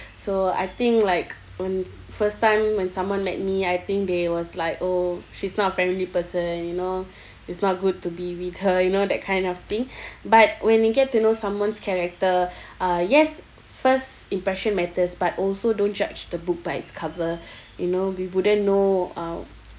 so I think like when first time when someone met me I think they was like oh she's not a friendly person you know it's not good to be with her you know that kind of thing but when you get to know someone's character uh yes first impression matters but also don't judge the book by its cover you know we wouldn't know uh